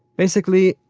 basically,